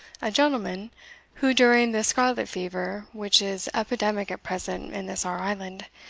a gentleman who, during the scarlet-fever which is epidemic at present in this our island,